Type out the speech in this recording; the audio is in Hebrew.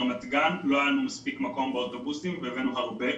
ברמת גן לא היה לנו מספיק מקום באוטובוסים והבאנו הרבה אוטובוסים.